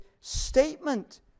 statement